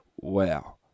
Wow